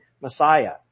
Messiah